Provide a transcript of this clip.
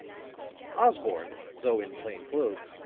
osborne, though in plain clothes,